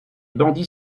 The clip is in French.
bandits